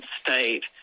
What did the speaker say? state